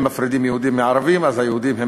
אם מפרידים יהודים מערבים אז היהודים הם